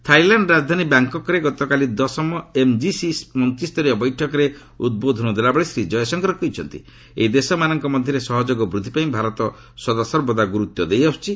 ଥାଇଲାଣ୍ଡର ରାଜଧାନୀ ବ୍ୟାଙ୍କକ୍ରେ ଗତକାଲି ଦଶମ୍ ଏମ୍ଜିସି ମନ୍ତ୍ରୀସରୀୟ ବୈଠକରେ ଉଦ୍ବୋଧନ ଦେଲାବେଳେ ଶ୍ରୀ ଜୟଶଙ୍କର କହିଛନ୍ତି ଏହି ଦେଶମାନଙ୍କ ମଧ୍ୟରେ ସହଯୋଗ ବୃଦ୍ଧି ପାଇଁ ଭାରତ ସଦାସର୍ବଦା ଗୁରୁତ୍ୱ ଦେଇ ଆସୁଛି